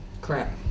Crap